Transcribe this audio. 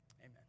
Amen